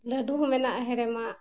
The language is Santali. ᱞᱟᱹᱰᱩ ᱦᱚᱸ ᱢᱮᱱᱟᱜ ᱦᱮᱲᱮᱢᱟᱜ